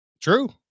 True